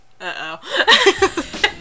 Uh-oh